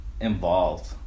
involved